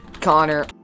Connor